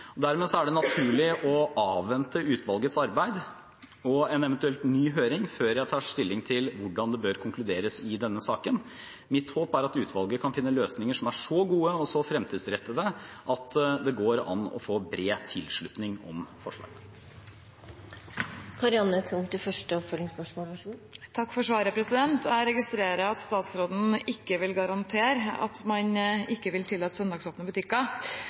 er det naturlig å avvente utvalgets arbeid og en eventuell ny høring før jeg tar stilling til hvordan det bør konkluderes i denne saken. Mitt håp er at utvalget kan finne løsninger som er så gode og så fremtidsrettede at det går an å få bred tilslutning for forslaget. Takk for svaret. Jeg registrerer at statsråden ikke vil garantere at man ikke vil tillate søndagsåpne butikker.